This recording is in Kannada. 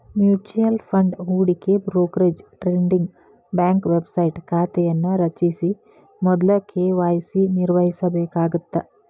ಮ್ಯೂಚುಯಲ್ ಫಂಡ್ ಹೂಡಿಕೆ ಬ್ರೋಕರೇಜ್ ಟ್ರೇಡಿಂಗ್ ಬ್ಯಾಂಕ್ ವೆಬ್ಸೈಟ್ ಖಾತೆಯನ್ನ ರಚಿಸ ಮೊದ್ಲ ಕೆ.ವಾಯ್.ಸಿ ನಿರ್ವಹಿಸಬೇಕಾಗತ್ತ